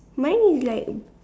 mine is like